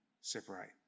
separate